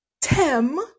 Tim